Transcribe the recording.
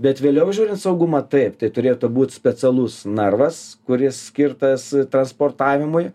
bet vėliau žiūrint saugumą taip tai turėtų būti specialus narvas kuris skirtas transportavimui